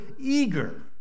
eager